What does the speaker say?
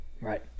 Right